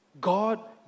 God